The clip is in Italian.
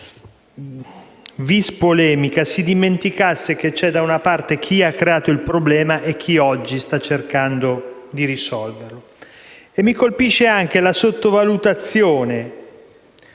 *vis* polemica si dimenticasse che da una parte c'è chi ha creato il problema e, dall'altra, chi oggi sta cercando di risolverlo. Mi colpisce anche la sottovalutazione